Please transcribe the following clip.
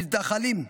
מזדחלים.